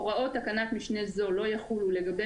הוראות תקנת משנה זו לא יחולו לגבי